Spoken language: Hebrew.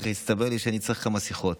אחר כך הסתבר לי שאני צריך כמה שיחות.